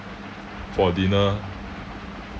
for dinner